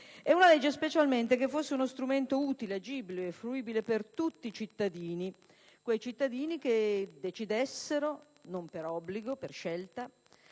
una legge che fosse uno strumento utile, agibile e fruibile da tutti i cittadini: quei cittadini che decidessero, non per obbligo ma per scelta,